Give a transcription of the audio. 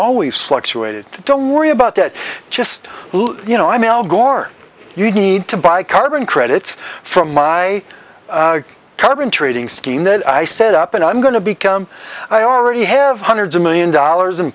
always fluctuated don't worry about that just you know i'm al gore you need to buy carbon credits from my carbon trading scheme that i set up and i'm going to become i already have hundreds of million dollars in